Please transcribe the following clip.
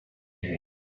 day